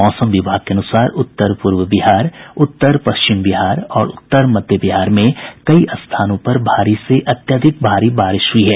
मौसम विभाग के अनुसार उत्तर पूर्व बिहार उत्तर पश्चिम बिहार और उत्तर मध्य बिहार में कई स्थानों पर भारी से अत्यधिक भारी बारिश हुई है